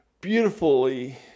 Beautifully